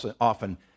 often